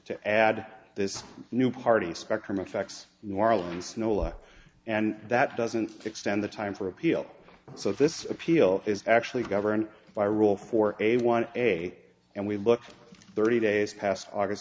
to add this new party spectrum effects new orleans to nola and that doesn't extend the time for appeal so this appeal is actually governed by rule for a one day and we look thirty days past august